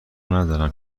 ندارم